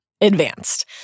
advanced